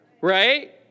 right